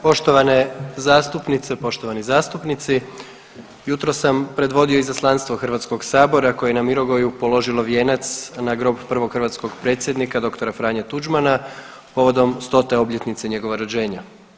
Poštovane zastupnice, poštovani zastupnici jutros sam predvodio izaslanstvo Hrvatskog sabora koji je na Mirogoju položilo vijenac na grob prvog hrvatskog predsjednika dr. Franje Tuđmana povodom stote obljetnice njegova rođenja.